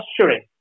posturing